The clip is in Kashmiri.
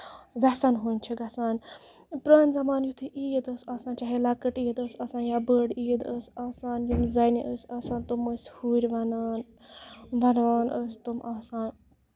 ویسَن ہُند چھِ گژھان پرانہِ زَمانہٕ یِتھُے عیٖد ٲسۍ آسان چاہے لۄکٔٹ عیٖد ٲس آسان یا بٔڑ عیٖد ٲس آسان ییٚمہٕ زَنہِ ٲسۍ آسان تِم ٲسۍ ہُرۍ وَنان بَڑاوان ٲسۍ تِم آسان